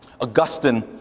Augustine